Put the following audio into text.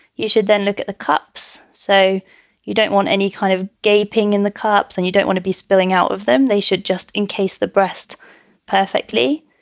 you should then look at the cups so you don't want any kind of gaping in the cups and you don't want to be spilling out of them. they should just in case the breast perfectly.